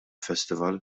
festival